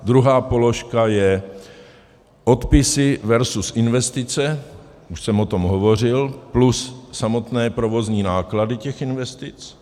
Druhá položka je odpisy versus investice, už jsem o tom hovořil, plus samotné provozní náklady investic.